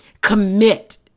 commit